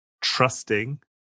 trusting